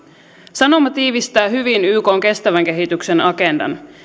sanoma tiivistää hyvin ykn kestävän kehityksen agendan